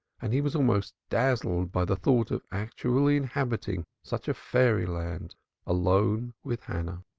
and he was almost dazzled by the thought of actually inhabiting such a fairyland alone with hannah.